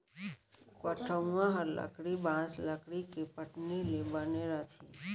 पटउहॉं हर लकड़ी, बॉंस, लकड़ी के पटनी ले बने रथे